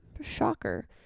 shocker